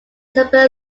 simpler